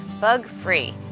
bug-free